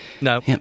no